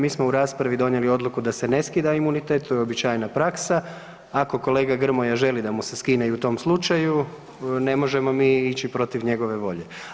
Mi smo u raspravi donijeli odluku da se ne skida imunitet, to je uobičajena praksa, ako kolega Grmoja želi mu se skine i u tom slučaju ne možemo mi ići protiv njegove volje.